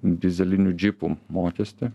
dyzelinių džipų mokestį